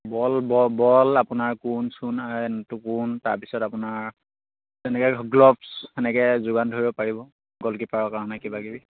বল বল আপোনাৰ তাৰপিছত আপোনাৰ তেনেকে গ্লভছ সেনেকে যোগান ধৰিব পাৰিব গ'লকিপাৰৰ কাৰণে কিবা কিবি